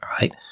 right